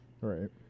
Right